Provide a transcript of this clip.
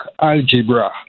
algebra